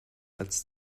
als